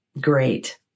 great